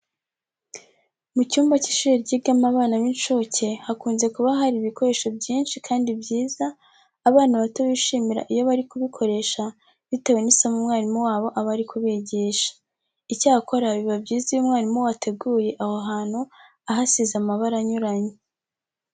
Mu cyumba cy'ishuri ryigamo abana b'incuke hakunze kuba hari ibikoresho byinshi kandi byiza abana bato bishimira iyo bari kubikoresha bitewe n'isomo umwarimu wabo aba ari kubigisha. Icyakora biba byiza iyo umwarimu wateguye aho hantu ahasize amabara anyuranye.